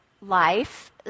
life